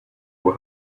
will